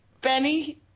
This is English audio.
Benny